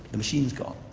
the machine's gone,